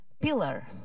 pillar